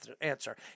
answer